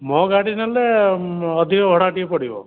ମୋ ଗାଡ଼ି ନେଲେ ଅଧିକ ଭଡ଼ା ଟିକିଏ ପଡ଼ିବ